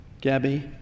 Gabby